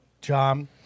John